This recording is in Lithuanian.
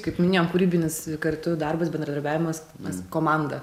kaip minėjau kūrybinis kartu darbas bendradarbiavimas mes komanda